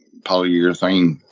polyurethane